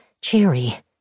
cheery